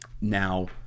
Now